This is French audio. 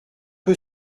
peu